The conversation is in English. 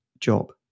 job